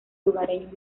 lugareños